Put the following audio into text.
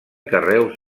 carreus